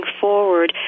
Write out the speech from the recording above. forward